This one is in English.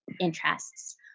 interests